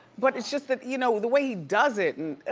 but it's just the you know the way he does it. and